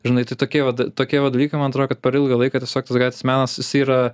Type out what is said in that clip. žinai tokie vat tokie vat dalykai man atrodo kad per ilgą laiką tiesiog gatvės menas jisai yra